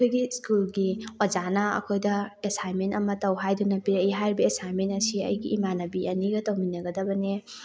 ꯑꯩꯈꯣꯏꯒꯤ ꯏ꯭ꯁꯀꯨꯜꯒꯤ ꯑꯣꯖꯥꯅ ꯑꯩꯈꯣꯏꯗ ꯑꯦꯁꯥꯏꯟꯃꯦꯟ ꯑꯃ ꯇꯧ ꯍꯥꯏꯗꯨꯅ ꯄꯤꯔꯛꯏ ꯍꯥꯏꯔꯤꯕ ꯑꯦꯁꯥꯏꯟꯃꯦꯟ ꯑꯁꯤ ꯑꯩꯒꯤ ꯏꯃꯥꯟꯅꯕꯤ ꯑꯅꯤꯒ ꯇꯧꯃꯤꯟꯅꯒꯗꯕꯅꯦ